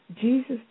Jesus